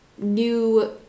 new